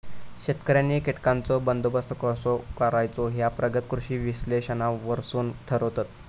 शेतकऱ्यांनी कीटकांचो बंदोबस्त कसो करायचो ह्या प्रगत कृषी विश्लेषणावरसून ठरवतत